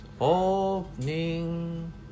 opening